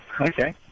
Okay